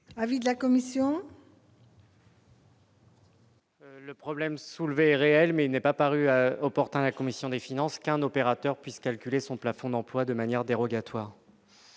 l'avis de la commission ? Le problème soulevé est réel, mais il n'a pas paru opportun à la commission des finances qu'un opérateur puisse calculer son plafond d'emploi de manière dérogatoire.